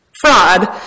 fraud